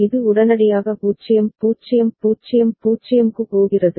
இது உடனடியாக 0 0 0 0 க்கு போகிறது